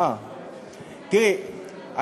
תראי,